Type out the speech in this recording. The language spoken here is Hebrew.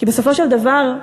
כי בסופו של דבר,